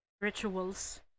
rituals